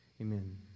amen